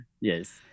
Yes